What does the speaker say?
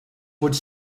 would